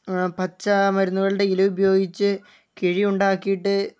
പച്ച മരുന്നുകളുടെ ഇല ഉപയോഗിച്ച് കിഴി ഉണ്ടാക്കിയിട്ട്